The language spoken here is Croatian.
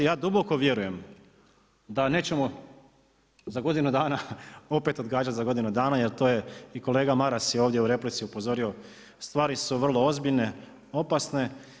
Ja duboko vjerujem da nećemo za godinu dana opet odgađati za godinu dana jer to je i kolega Maras je ovdje u replici upozorio stvari svu vrlo ozbiljne, opasne.